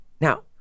Now